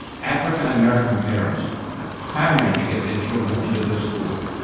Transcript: african-american parents are clamouring to get their children into this school.